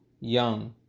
young